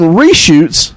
reshoots